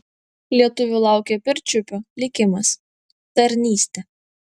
lietuvių laukė pirčiupių likimas tarnystė